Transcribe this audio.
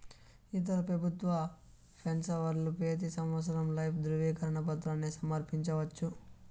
ఇతర పెబుత్వ పెన్సవర్లు పెతీ సంవత్సరం లైఫ్ దృవీకరన పత్రాని సమర్పించవచ్చు